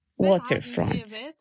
Waterfront